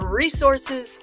resources